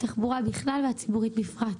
בתחבורה בכלל ובתחבורה הציבורית בפרט.